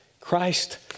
Christ